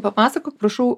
papasakok prašau